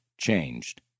changed